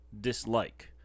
dislike